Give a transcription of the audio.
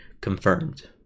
confirmed